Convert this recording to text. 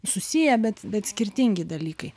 susiję bet bet skirtingi dalykai